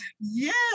yes